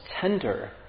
tender